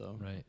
Right